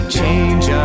change